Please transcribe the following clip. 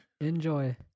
enjoy